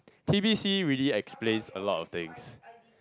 T_B_C really explains a lot of things